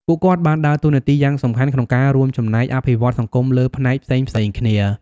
ពួកគាត់បានដើរតួនាទីយ៉ាងសំខាន់ក្នុងការរួមចំណែកអភិវឌ្ឍសង្គមលើផ្នែកផ្សេងៗគ្នា។